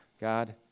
God